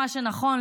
מה שנכון,